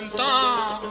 da